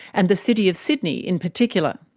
and the city of sydney in particular.